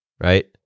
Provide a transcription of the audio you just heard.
right